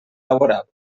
laboral